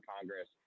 Congress